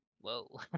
Whoa